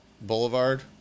Boulevard